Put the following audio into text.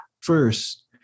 First